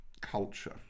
culture